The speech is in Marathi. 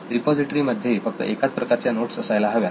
रिपॉझिटरी मध्ये फक्त एकाच प्रकारच्या नोट्स असायला हव्यात